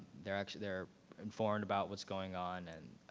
they're actually, they're informed about what's going on and